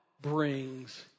brings